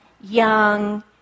young